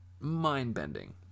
mind-bending